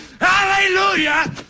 Hallelujah